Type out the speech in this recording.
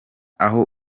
aho